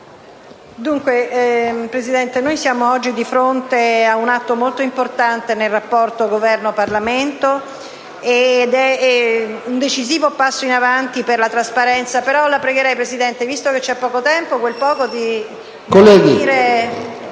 Presidente, ci troviamo oggi di fronte a un atto molto importante nel rapporto Governo-Parlamento, ed è un decisivo passo in avanti per la trasparenza. *(Brusìo)*. Ma la pregherei, Presidente, visto che c'è poco tempo, di invitare